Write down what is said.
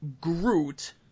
Groot